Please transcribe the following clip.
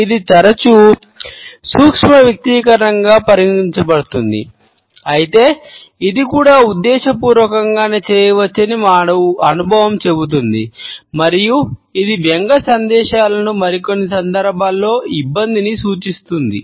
ఇది తరచూ సూక్ష్మ వ్యక్తీకరణగా సందేశాలను మరి కొన్ని సందర్భాల్లో ఇబ్బందిని సూచిస్తుంది